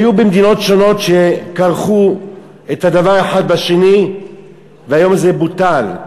היו מדינות שונות שכרכו את הדבר האחד בשני והיום זה בוטל,